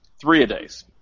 three-a-days